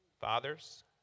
Fathers